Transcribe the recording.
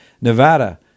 Nevada